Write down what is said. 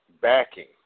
backing